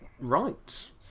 Right